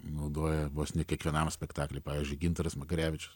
naudoja vos ne kiekvienam spektakly pavyzdžiui gintaras makarevičius